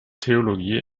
theologie